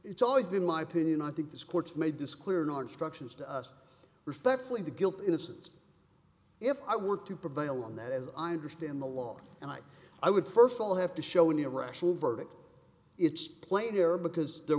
it's always been my opinion i think this court's made this clear not structures to us respectfully the guilt innocence if i were to prevail on that as i understand the law and i i would first of all have to show an irrational verdict it's plain here because there